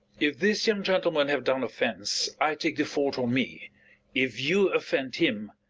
if this young gentleman have done offence, i take the fault on me if you offend him,